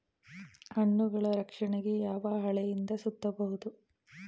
ಹಣ್ಣುಗಳ ರಕ್ಷಣೆಗೆ ಯಾವ ಹಾಳೆಯಿಂದ ಸುತ್ತಬಹುದು?